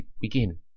begin